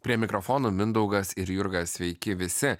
prie mikrofono mindaugas ir jurga sveiki visi